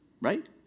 right